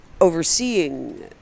overseeing